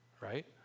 right